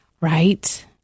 Right